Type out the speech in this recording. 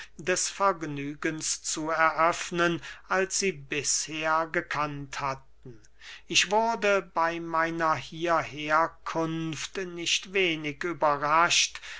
des vergnügens zu eröffnen als sie bisher gekannt hatten ich wurde bey meiner hierherkunft nicht wenig überrascht